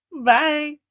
bye